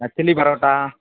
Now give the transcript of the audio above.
ஆ chilli parotta